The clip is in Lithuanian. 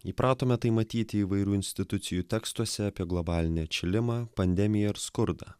įpratome tai matyti įvairių institucijų tekstuose apie globalinį atšilimą pandemiją ir skurdą